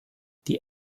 die